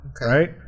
Right